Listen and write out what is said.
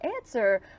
answer